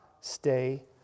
stay